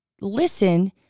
listen